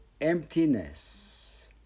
emptiness